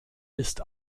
ist